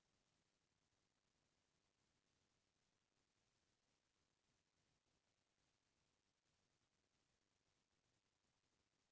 दुरघटना बीमा के सबले बड़िहा बात ए हे के एला कोनो भी उमर के आदमी ह लेथे त ओतकेच पइसा लागथे